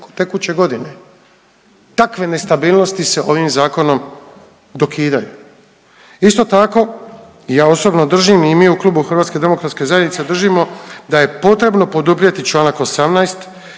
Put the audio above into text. tekuće godine. Takve nestabilnosti se ovim zakonom dokidaju. Isto tako i ja osobno držim i mi u klubu HDZ-a držimo da je potrebno poduprijeti čl. 18.